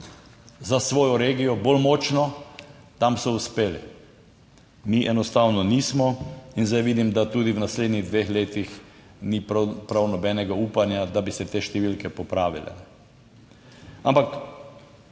za svojo regijo bolj močno, tam so uspeli. Mi enostavno nismo in zdaj vidim, da tudi v naslednjih dveh letih ni prav nobenega upanja, da bi se te številke popravile.